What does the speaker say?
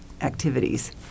activities